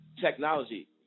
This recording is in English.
technology